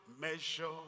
measure